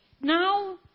Now